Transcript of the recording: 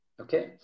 Okay